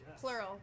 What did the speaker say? Plural